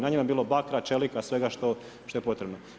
Na njima je bilo bakra, čelika, svega što je potrebno.